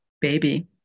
baby